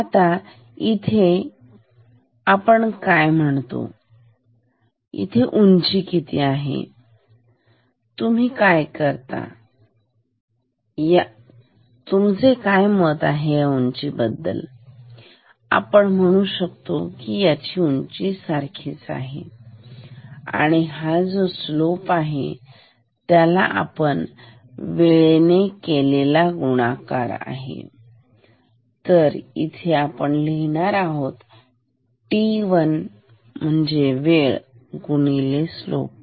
आता इथे आपण काय म्हणतो याची उंची किती आहे तुम्ही काय म्हणता या उंची बद्दल आपण म्हणू शकतो याची उंची सारखीच आहे आणि हा जो स्लोप आहे त्याला आपण वेळेने गुणाकार करणार आहोत तर इथे आपण लिहिणार t1 वेळ गुणिले स्लोप